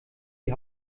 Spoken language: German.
die